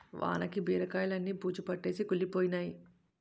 వానకి బీరకాయిలన్నీ బూజుపట్టేసి కుళ్లిపోయినై